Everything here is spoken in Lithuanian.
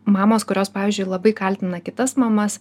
mamos kurios pavyzdžiui labai kaltina kitas mamas